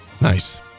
Nice